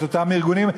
את אותם ארגונים,